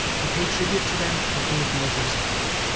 he paid tribute to them and gave military support.